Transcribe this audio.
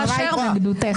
טלי, נרשמה התנגדותך לסעיף.